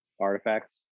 artifacts